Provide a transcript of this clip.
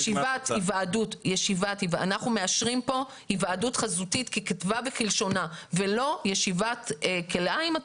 אנחנו מאשרים כאן היוועדות חזותית ככתבה וכלשונה ולא ישיבת כלאיים.